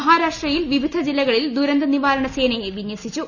മഹാരാഷ്ട്രയിൽ പിവിധ ജില്ലകളിൽ ദുരന്ത നിവാരണസേനയെ വിന്യസിച്ചു